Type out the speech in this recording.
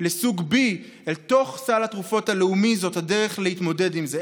לסוג B אל תוך סל התרופות הלאומי זאת הדרך להתמודד עם זה.